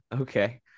Okay